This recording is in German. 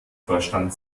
verstand